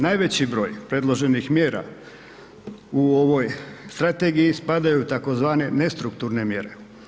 Najveći broj predloženih mjera u ovoj Strategiji spadaju tzv. nestrukturne mjere.